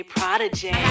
Prodigy